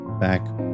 back